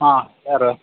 ಹಾಂ ಯಾರು